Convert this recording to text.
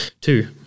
two